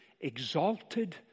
exalted